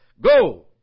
Go